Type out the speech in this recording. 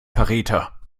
verräter